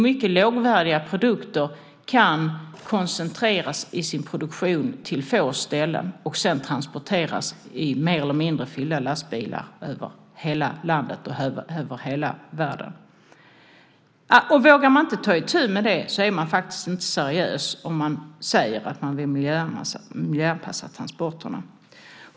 Mycket lågvärdiga produkter kan koncentreras i sin produktion till få ställen och sedan transporteras i mer eller mindre fyllda lastbilar över hela landet och över hela världen. Vågar man inte ta itu med detta är man faktiskt inte seriös om man säger att man vill miljöanpassa transporterna.